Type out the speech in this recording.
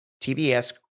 TBS